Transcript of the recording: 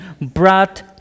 brought